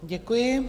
Děkuji.